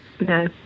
No